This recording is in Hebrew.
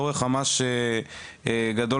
אז למה כשיש מצב שאנחנו רואים שיש צורך ממש גדול,